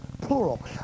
plural